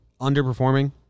underperforming